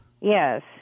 Yes